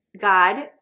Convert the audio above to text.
God